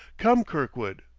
come, kirkwood.